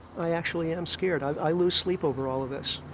i actually am scared. i lose sleep over all of this.